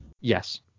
Yes